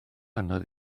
anodd